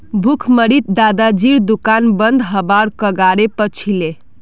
भुखमरीत दादाजीर दुकान बंद हबार कगारेर पर छिले